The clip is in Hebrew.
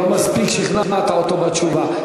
לא מספיק שכנעת אותו בתשובה.